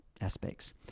aspects